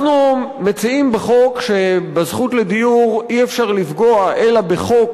אנחנו מציעים בחוק שבזכות לדיור אי-אפשר לפגוע אלא בחוק